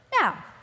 Now